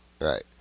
Right